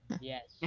Yes